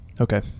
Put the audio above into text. Okay